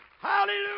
Hallelujah